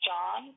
John